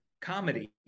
comedy